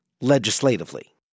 legislatively